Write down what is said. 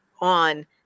on